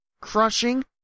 crushing